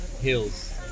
hills